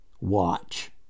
Watch